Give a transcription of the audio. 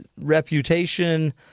reputation